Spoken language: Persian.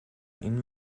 این